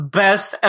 best